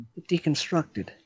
deconstructed